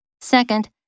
Second